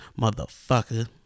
motherfucker